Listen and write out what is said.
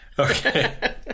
Okay